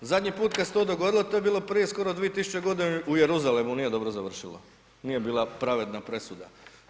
Zadnji put kada se to dogodilo to je bilo prije skoro 2000 godina u Jeruzalemu, nije dobro završilo, nije bila pravedna presuda.